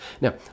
Now